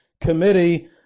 committee